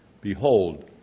Behold